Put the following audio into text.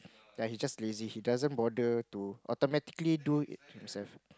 ya he just lazy he doesn't bother to automatically do it himself